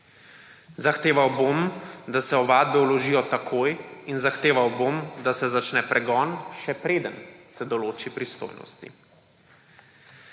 Zahteval bom, da se ovadbe vložijo takoj in zahteval bom, da se začne pregon, še preden se določi pristojnosti.«